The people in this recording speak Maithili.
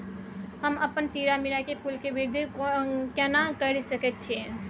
हम अपन तीरामीरा के फूल के वृद्धि केना करिये सकेत छी?